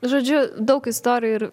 žodžiu daug istorijų ir